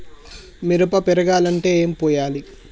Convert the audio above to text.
మిరప పెరగాలంటే ఏం పోయాలి?